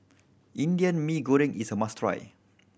Indian Mee Goreng is a must try